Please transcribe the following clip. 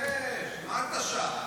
מה קרה?